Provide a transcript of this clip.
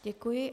Děkuji.